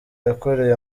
yakoreye